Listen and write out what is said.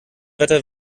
wetter